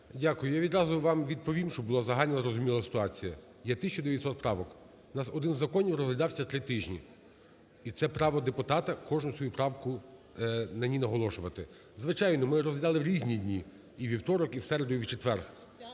Дякую. Я відразу вам відповім, щоб була загально зрозуміла ситуація. Є 1900 правок. У нас один із законів розглядався три тижні. І це право депутата кожен свою правку, на ній наголошувати. Звичайно, ми розглядали в різні дні – і у вівторок, і в середу, і в четвер,